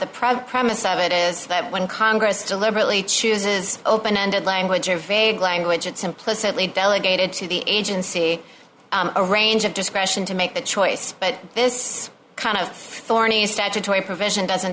present premise of it is that when congress deliberately chooses open ended language or vague language it's implicitly delegated to the agency a range of discretion to make the choice but this kind of thorny statutory provision doesn't